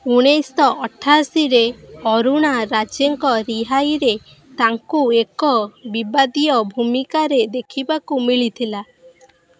ଉଣେଇଶଶହ ଅଠାଅଶୀରେ ଅରୁଣା ରାଜେଙ୍କ ରିହାଇରେ ତାଙ୍କୁ ଏକ ବିବାଦୀୟ ଭୂମିକାରେ ଦେଖିବାକୁ ମିଳିଥିଲା